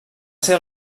ser